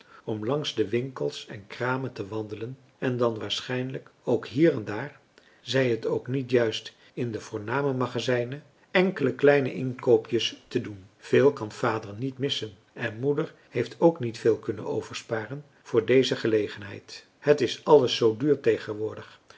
om langs de winkels en kramen te wandelen en dan waarschijnlijk ook hier en daar zij het ook niet juist in de voorname magazijnen enkele kleine inkoopjes te doen veel kan vader niet missen en moeder heeft ook niet veel kunnen oversparen voor deze gelegenheid het is alles zoo duur tegenwoordig